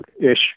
ish